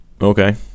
Okay